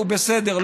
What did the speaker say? הוא בסדר.